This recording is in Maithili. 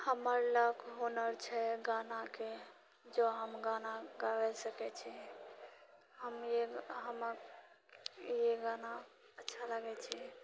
हमर लग हुनर छै गानाके जो हम गाना गाबए सकैत छी हम हमे ई गाना अच्छा लागै छी